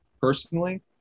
personally